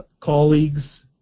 colleagues,